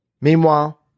Meanwhile